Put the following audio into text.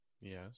Yes